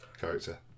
character